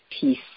peace